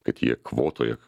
kad jie kvotoje